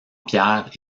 pierres